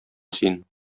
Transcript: син